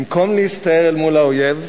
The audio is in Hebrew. במקום להסתער אל מול האויב,